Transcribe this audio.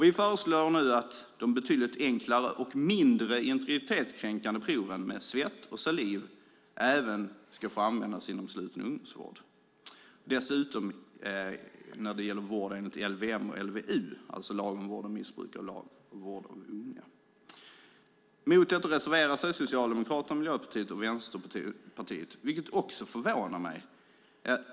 Vi föreslår att de betydligt enklare och mindre integritetskränkande proven med svett och saliv även får användas inom sluten ungdomsvård och dessutom när det gäller vård enligt LVM och LVU, alltså lagen om vård av missbrukare och av unga. Mot detta reserverar sig Socialdemokraterna, Miljöpartiet och Vänsterpartiet, vilket förvånar mig.